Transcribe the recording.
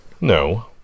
No